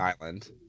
island